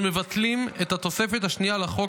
אנחנו מבטלים את התוספת השנייה לחוק,